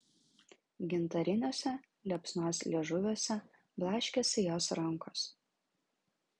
gintariniuose liepsnos liežuviuose blaškėsi jos rankos